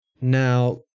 Now